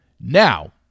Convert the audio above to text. Now